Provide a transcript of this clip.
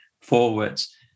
forwards